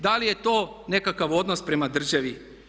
Da li je to nekakav odnos prema državi?